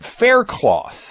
Faircloth